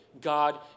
God